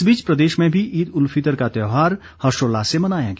इस बीच प्रदेश में भी ईद उल फितर का त्यौहार हर्षोल्लास से मनाया गया